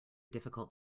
difficult